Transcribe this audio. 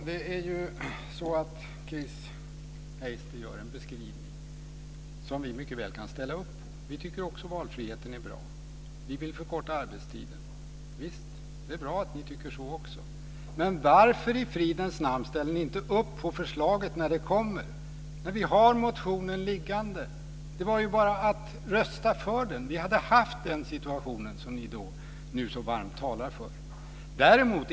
Fru talman! Chris Heister gör en beskrivning som vi mycket väl kan ställa upp på. Vi tycker också att valfriheten är bra. Vi vill förkorta arbetstiden. Visst, det är bra att ni tycker så också. Men varför i fridens namn ställer ni inte upp på förslaget när det kommer, när vi har motionen liggande? Det var ju bara att rösta för den. Då hade vi haft den situation ni nu så varmt talar för.